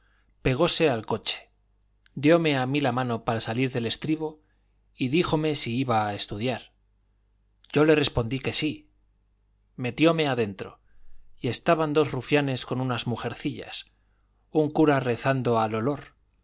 espacio pegóse al coche diome a mí la mano para salir del estribo y díjome si iba a estudiar yo le respondí que sí metióme adentro y estaban dos rufianes con unas mujercillas un cura rezando al olor